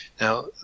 Now